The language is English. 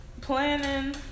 planning